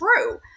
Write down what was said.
true